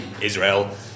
Israel